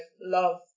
love